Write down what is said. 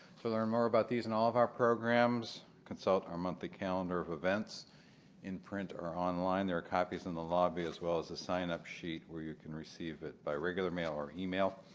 to learn more about these and all of our programs, consult our monthly calendar of events in print or online. there are copies in the lobby as well as the signup sheet where you can receive it by regular mail or email.